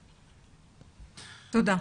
תודה.